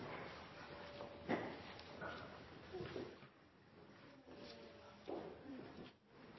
To